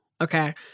Okay